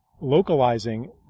localizing